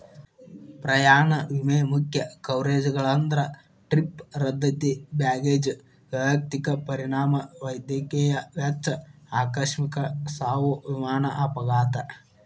ಪ್ರಯಾಣ ವಿಮೆ ಮುಖ್ಯ ಕವರೇಜ್ಗಳಂದ್ರ ಟ್ರಿಪ್ ರದ್ದತಿ ಬ್ಯಾಗೇಜ್ ವೈಯಕ್ತಿಕ ಪರಿಣಾಮ ವೈದ್ಯಕೇಯ ವೆಚ್ಚ ಆಕಸ್ಮಿಕ ಸಾವು ವಿಮಾನ ಅಪಘಾತ